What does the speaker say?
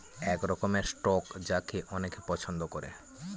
এক রকমের স্টক যাকে অনেকে পছন্দ করে